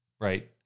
right